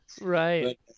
Right